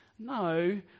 No